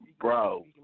Bro